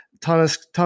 Thomas